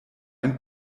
ein